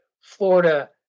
Florida